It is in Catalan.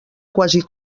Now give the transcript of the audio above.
quasi